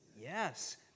Yes